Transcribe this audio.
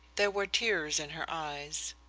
there were tears in her eyes.